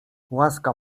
łaska